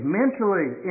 mentally